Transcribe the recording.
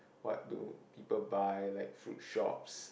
what do people buy like fruit shops